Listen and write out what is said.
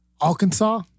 Arkansas